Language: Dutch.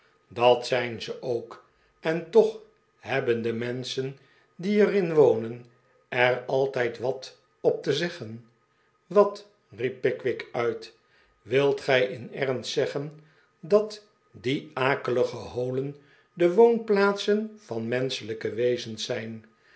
dat zijn ze ook en toch hebben de menschen die er in wonen er altijd wat op te zeggen wat riep pickwick uit wilt gij in ernst zeggen dat die akelige holen de woonplaatsen van menschelijke wezens zijn